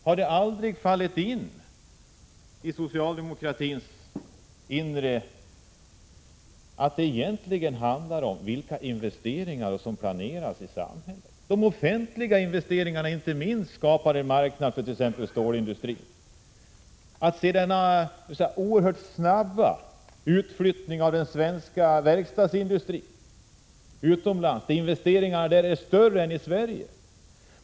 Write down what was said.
Har det aldrig fallit socialdemokratin in att det egentligen handlar om vilka investeringar som planeras i samhället? Inte minst de offentliga investeringarna skapar en marknad för stålindustrin. Vi ser nu den oerhört snabba utflyttningen av svensk verkstadsindustri — investeringarna utomlands är större än i Sverige.